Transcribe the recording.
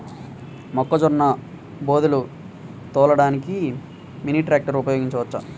మొక్కజొన్న బోదెలు తోలడానికి మినీ ట్రాక్టర్ ఉపయోగించవచ్చా?